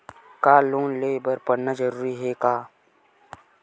का लोन ले बर पढ़ना जरूरी हे का?